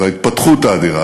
וההתפתחות האדירה,